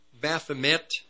Baphomet